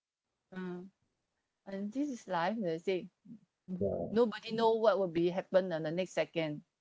mm and this is life like I said nobody know what will be happen ah the next second